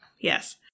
Yes